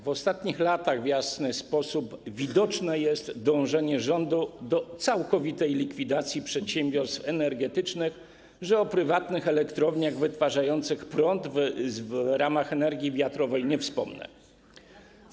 W ostatnich latach wyraźnie widoczne jest dążenie rządu do całkowitej likwidacji przedsiębiorstw energetycznych, o prywatnych elektrowniach wytwarzających prąd w ramach energii wiatrowej nie wspominając.